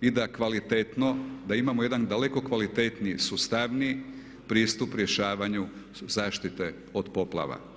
i da kvalitetno, da imamo jedan daleko kvalitetniji, sustavniji pristup rješavanju zaštite od poplava.